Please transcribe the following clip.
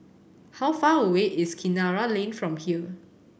how far away is Kinara Lane from here